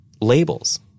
labels